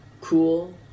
cool